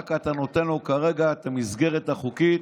רק אתה נותן לו כרגע את המסגרת החוקית.